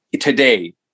Today